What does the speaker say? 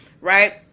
right